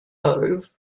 cove